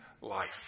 life